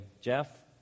Jeff